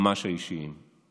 ממש האישיים.